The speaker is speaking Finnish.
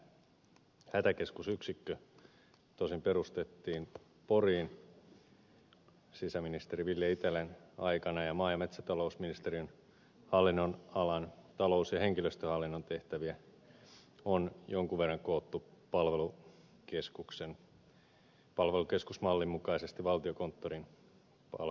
hätäkeskusyksikkö tosin perustettiin poriin sisäministeri ville itälän aikana ja maa ja metsätalousministeriön hallinnonalan talous ja henkilöstöhallinnon tehtäviä on jonkin verran koottu palvelukeskusmallin mukaisesti valtiokonttorin palvelukeskukseen